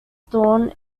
thorne